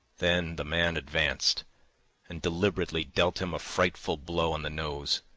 then the man advanced and deliberately dealt him a frightful blow on the nose.